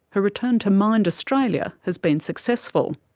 her return to mind australia has been successful.